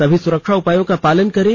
सभी सुरक्षा उपायों का पालन करें